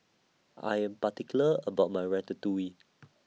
I Am particular about My Ratatouille